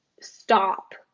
stop